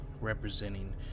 representing